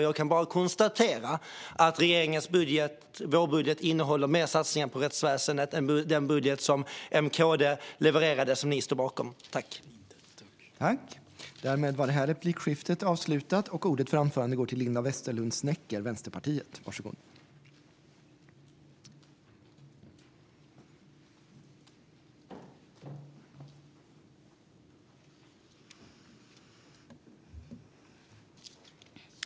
Jag kan bara konstatera att regeringens vårbudget innehåller mer satsningar på rättsväsendet än den budget som M-KD levererade och som Sverigedemokraterna stod bakom.